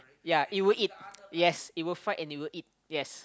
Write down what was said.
yea it will eat yes it will fight and it will eat yes